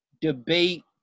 debate